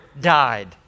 died